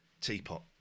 teapot